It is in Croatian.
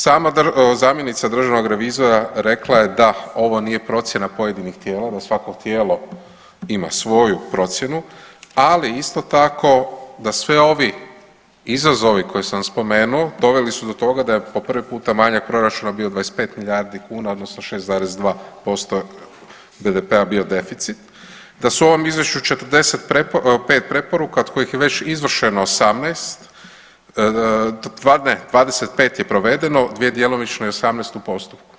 Sama zamjenica državnog revizora rekla je da ovo nije procjena pojedinih tijela da svako tijelo ima svoju procjenu ali isto tako da sve ovi izazovi koje sam spomenuo doveli do toga da je po prvi puta manjak proračuna bio 25 milijardi kuna odnosno 6,2% BDP-a bio deficit, da su u ovom izvješću 45 preporuka od kojih je već izvršeno 18, ne 25 je provedeno, 2 djelomično i 18 u postupku.